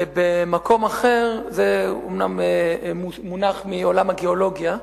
ובמקום אחר, זה אומנם מונח מעולם הגיאולוגיה,